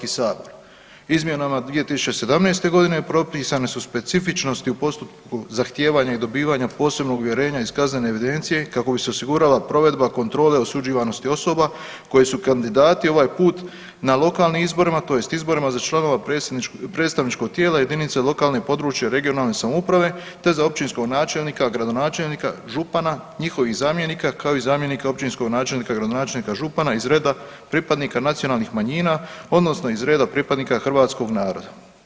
Izmjenama 2017. g. propisane su specifičnosti u postupku zahtijevanja i dobivanja posebnog uvjerenja iz kaznene evidencije kako bi se osigurala provedba kontrole osuđivanosti osoba, koje su kandidati, ovaj put, na lokalnim izborima, tj. izborima za članove predstavničkog tijela, jedinica lokalne i područne (regionalne) samouprave te za općinskog načelnika, gradonačelnika, župana, njihovih zamjenika, kao i zamjenika općinskog načelnika, gradonačelnika, župana iz reda pripadnika nacionalnih manjina, odnosno iz reda pripadnika hrvatskog naroda.